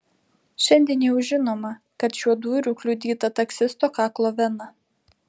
šiandien jau žinoma kad šiuo dūriu kliudyta taksisto kaklo vena